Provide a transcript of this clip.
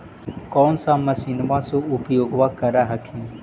कौन सा मसिन्मा मे उपयोग्बा कर हखिन?